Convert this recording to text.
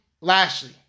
Lashley